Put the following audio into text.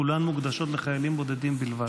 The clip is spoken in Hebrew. כולן מוקדשות לחיילים בודדים בלבד,